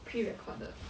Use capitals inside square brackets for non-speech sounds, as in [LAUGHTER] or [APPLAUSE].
prerecorded [NOISE]